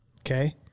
Okay